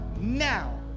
now